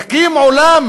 יקים עולם